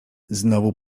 znowu